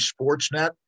Sportsnet